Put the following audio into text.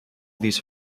these